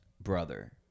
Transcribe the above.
brother